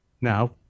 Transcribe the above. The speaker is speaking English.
Now